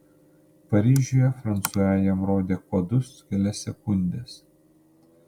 paryžiuje fransua jam rodė kodus kelias sekundes